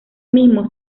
mismo